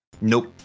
nope